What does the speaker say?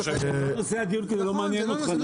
זה לא נושא הדיון כי זה לא מעניין אותך, נכון?